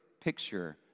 picture